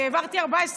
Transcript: העברתי 14 חוקים,